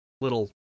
little